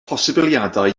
posibiliadau